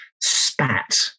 spat